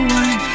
one